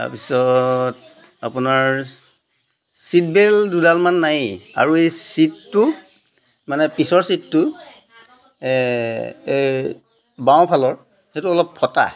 তাৰপিছত আপোনাৰ ছিটবেল্ট দুডালমান নায়েই আৰু এই ছিটটো মানে পিছৰ ছিটটো বাওঁফালৰ সেইটো অলপ ফটা